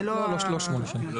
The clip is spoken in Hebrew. זה לא שמונה שנים.